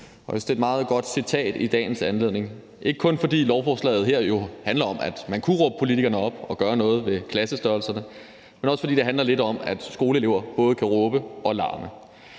det er et meget godt citat i dagens anledning – ikke kun, fordi lovforslaget her jo handler om, at man kunne råbe politikerne op og gøre noget ved klassestørrelserne, men også, fordi det handler lidt om, at skoleelever både kan råbe og larme.